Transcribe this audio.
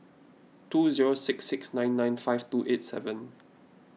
two zero six six nine nine five two eight seven